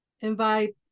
invite